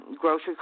grocery